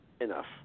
enough